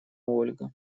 ольга